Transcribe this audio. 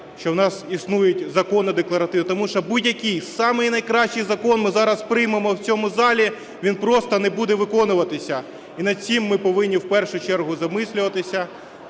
що в нас існують закони декларативно, тому що будь-який самий найкращий закон ми зараз приймемо в цьому залі - він просто не буде виконуватися. І над цим ми повинні в першу чергу замислюватися.